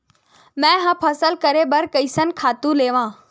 मैं ह फसल करे बर कइसन खातु लेवां?